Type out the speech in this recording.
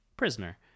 prisoner